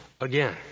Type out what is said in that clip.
again